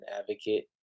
advocate